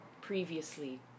previously